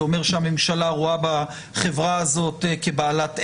זה אומר שהממשלה רואה בחברה הזאת כבעלת ערך.